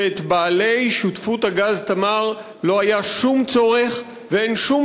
שאת בעלי שותפות הגז "תמר" לא היה שום צורך ואין שום